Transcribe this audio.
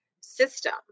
system